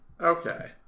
okay